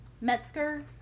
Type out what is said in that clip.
Metzger